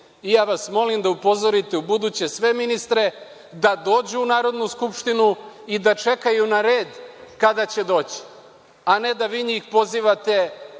vas molim da upozorite ubuduće sve ministre da dođu u Narodnu skupštinu i da čekaju na red kada će doći, a ne da vi njih pozivate